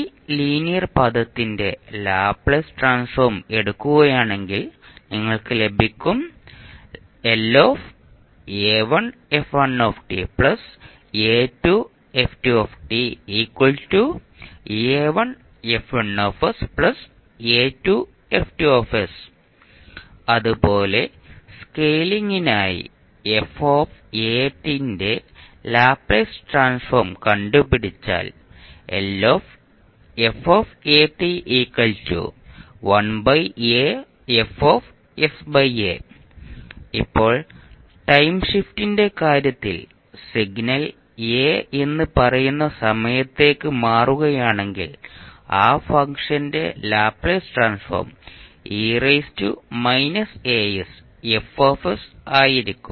ഈ ലീനിയർ പദത്തിന്റെ Laplace transform എടുക്കുകയാണെങ്കിൽ നിങ്ങൾക്ക് ലഭിക്കും അതുപോലെ സ്കെയിലിംഗിനായി f ന്റെ ലാപ്ലേസ് ട്രാൻസ്ഫോം കണ്ടുപിടിച്ചാൽ ഇപ്പോൾ ടൈം ഷിഫ്റ്റിന്റെ കാര്യത്തിൽ സിഗ്നൽ a എന്ന് പറയുന്ന സമയത്തേക്ക് മാറുകയാണെങ്കിൽ ആ ഫംഗ്ഷന്റെ ലാപ്ലേസ് ട്രാൻസ്ഫോം ആയിരിക്കും